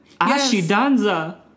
Ashidanza